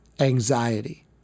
Anxiety